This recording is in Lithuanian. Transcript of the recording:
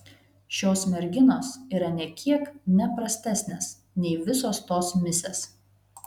šios merginos yra nė kiek ne prastesnės nei visos tos misės